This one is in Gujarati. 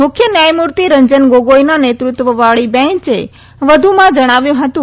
મુખ્ય ન્યાયમૂર્તિ રંજન ગોગોઈના નેતૃત્વ વાળી બેન્ચે વધુમાં જણાવ્યું હતું